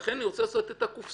ולכן אני רוצה לעשות את הקופסה,